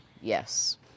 Yes